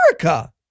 America